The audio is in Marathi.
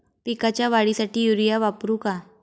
पिकाच्या वाढीसाठी युरिया वापरू का?